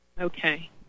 Okay